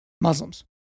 Muslims